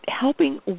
helping